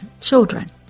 children